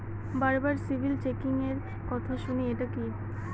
বারবার সিবিল চেকিংএর কথা শুনি এটা কি?